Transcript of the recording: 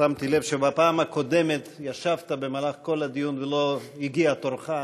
שמתי לב שבפעם הקודמת ישבת במהלך כל הדיון ולא הגיע תורך,